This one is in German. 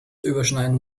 überschneiden